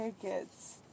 tickets